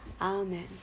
Amen